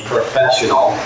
Professional